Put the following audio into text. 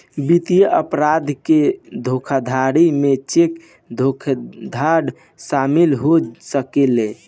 वित्तीय अपराध के धोखाधड़ी में चेक धोखाधड़ शामिल हो सकेला